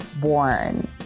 born